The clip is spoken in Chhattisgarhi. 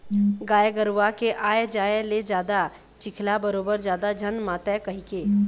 गाय गरूवा के आए जाए ले जादा चिखला बरोबर जादा झन मातय कहिके